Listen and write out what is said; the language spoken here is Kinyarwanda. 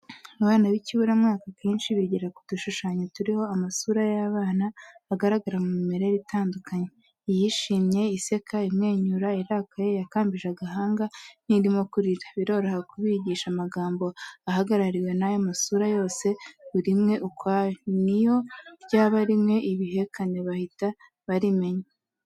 Abana b'ikiburamwaka akenshi bigira ku dushushanyo turiho amasura y'abana, agaragara mu mimerere itandukanye: iyishimye, iseka, imwenyura, irakaye, iyakambije agahanga n'irimo kurira, biroroha kubigisha amagambo ahagarariwe n'ayo masura yose buri imwe ukwayo, ni yo ryaba ririmo ibihekane bahita barimenya.